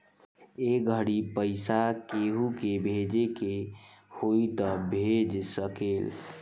ए घड़ी पइसा केहु के भेजे के होई त भेज सकेल